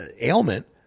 ailment